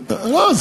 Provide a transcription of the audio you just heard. יש לו שם.